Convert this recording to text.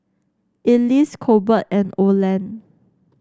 Ellis Colbert and Oland